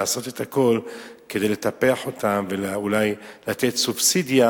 לעשות את הכול כדי לטפח אותם ואולי לתת סובסידיה,